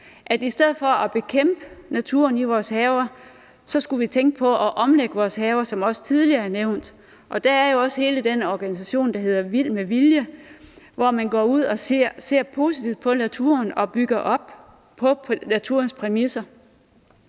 I stedet for at bekæmpe naturen i vores haver skulle vi tænke på at omlægge vores haver, hvilket også tidligere er blevet nævnt. Der er jo også den organisation, der hedder Vild Med Vilje, som ser positivt på naturen og bygger op på naturens præmisser.